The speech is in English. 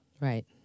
right